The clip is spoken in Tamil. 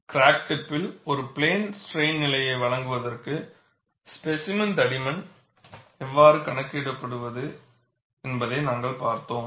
கிராக் டிப்பில் ஒரு பிளேன் ஸ்ட்ரைன்நிலையை வழங்குவதற்கு ஸ்பேசிமென் தடிமன் எவ்வாறு கணக்கிடுவது என்பதை நாங்கள் பார்த்தோம்